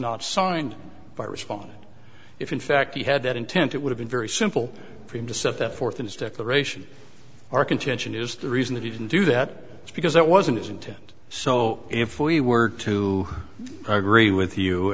not signed by respond if in fact he had that intent it would have been very simple for him to set forth in his declaration our contention is the reason that he didn't do that is because that wasn't his intent so if we were to progress with you